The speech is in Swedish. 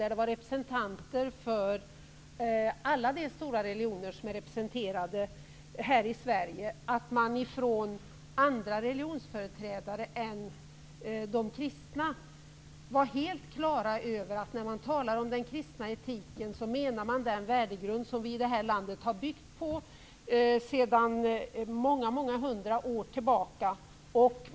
Där var det representanter för alla de stora religioner som är representerade här i Sverige. Från andra religionsföreträdare än de kristna var man helt på det klara med att när vi talar om den kristna etiken menar vi den värdegrund som vi i det här landet har byggt på sedan många hundra år tillbaka.